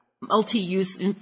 multi-use